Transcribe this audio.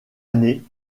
année